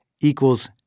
equals